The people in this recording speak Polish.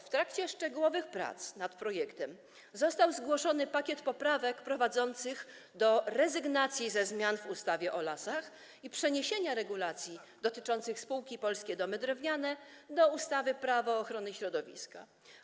W trakcie szczegółowych prac nad projektem został zgłoszony pakiet poprawek prowadzących do rezygnacji ze zmian w ustawie o lasach i przeniesienia regulacji dotyczących spółki Polskie Domy Drewniane do ustawy Prawo ochrony środowiska.